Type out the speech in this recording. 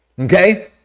Okay